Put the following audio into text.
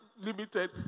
limited